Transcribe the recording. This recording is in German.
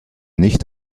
nicht